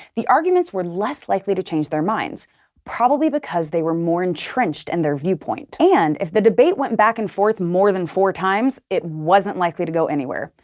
the arguments were less likely to change their minds probably because they were more entrenched in and their viewpoint. and if the debate went back and forth more than four times, it wasn't likely to go anywhere.